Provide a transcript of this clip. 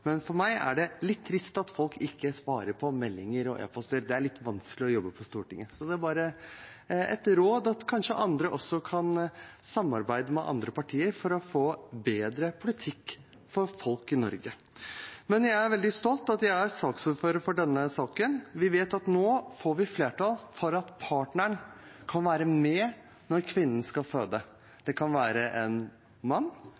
men for meg er det litt trist at folk ikke svarer på meldinger og e-poster. Det er litt vanskelig å jobbe på Stortinget. Så det er bare et råd om at man kanskje også kan samarbeide med andre partier for å få en bedre politikk for folk i Norge. Jeg er veldig stolt over at jeg er saksordfører for denne saken. Vi vet at nå får vi flertall for at partneren kan være med når kvinnen skal føde. Det kan være en mann,